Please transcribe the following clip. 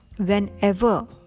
Whenever